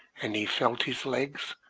and he felt his legs,